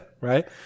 Right